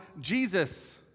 Jesus